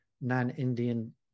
non-Indian